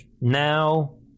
now